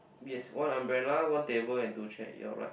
yes one umbrella one table and two chair you're right